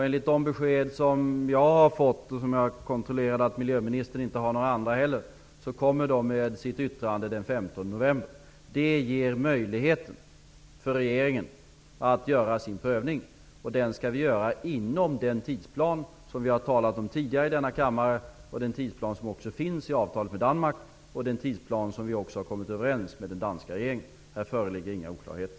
Enligt de besked som jag och -- som jag har kontrollerat -- miljöministern har fått kommer november. Det ger möjlighet för regeringen att göra sin prövning, och den skall regeringen göra inom den tidsplan som vi här i kammaren tidigare har talat om, inom den tidsplan som finns i avtalet med Danmark och inom den tidsplan som man har kommit överens med den danska regeringen om. Här föreligger inga oklarheter.